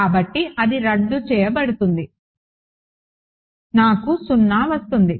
కాబట్టి అది రద్దు చేయబడుతుంది నాకు 0 వస్తుంది